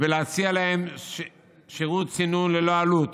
ולהציע להם שירות סינון ללא עלות.